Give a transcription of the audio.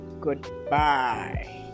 Goodbye